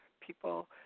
people